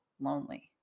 lonely